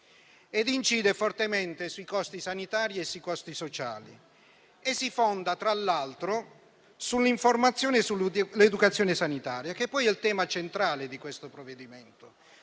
incidendo fortemente sui costi sanitari e sui costi sociali e fondandosi, tra l'altro, sull'informazione e l'educazione sanitaria, che poi è il tema centrale di questo provvedimento.